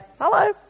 hello